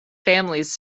families